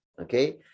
okay